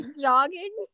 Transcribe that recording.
jogging